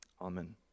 Amen